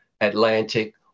Atlantic